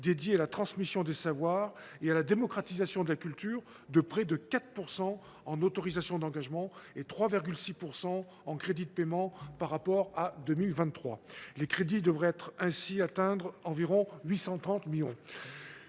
361 « Transmission des savoirs et démocratisation de la culture », de près de 4 % en autorisations d’engagement et de 3,6 % en crédits de paiement par rapport à 2023 ; ces crédits devraient ainsi atteindre environ 830 millions